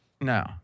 No